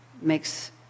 makes